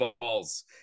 balls